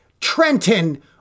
Trenton